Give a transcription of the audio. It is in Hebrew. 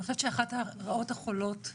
אני חושבת שאחת הרעות החולות,